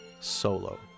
Solo